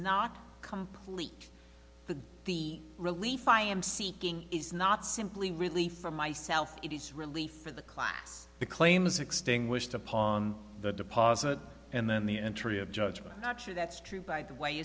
not complete but the relief i am seeking is not simply relief for myself it is relief for the clients the claim is extinguished upon the deposit and then the entry of judgment not sure that's true by the way